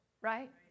Right